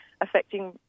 affecting